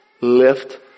lift